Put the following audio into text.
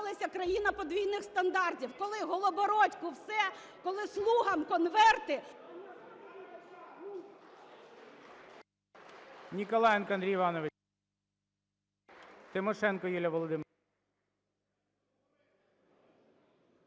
коли Голобородьку – все, коли "слугам" – конверти…